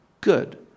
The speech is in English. good